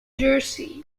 jersey